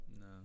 No